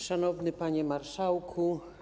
Szanowny Panie Marszałku!